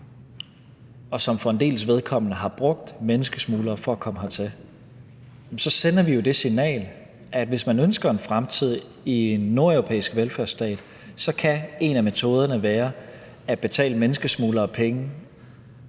og som for en dels vedkommende har brugt menneskesmuglere for at komme hertil, så sender vi jo det signal, at hvis man ønsker en fremtid i en nordeuropæisk velfærdsstat, så kan en af metoderne være at betale menneskesmuglere penge